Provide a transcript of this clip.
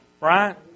right